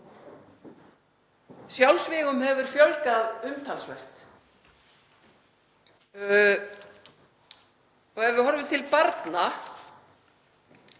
Sjálfsvígum hefur fjölgað umtalsvert. Ef við horfum til barna